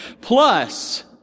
Plus